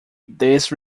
these